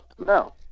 No